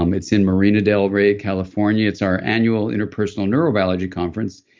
um it's in marina del rey, california it's our annual interpersonal neurobiology conference,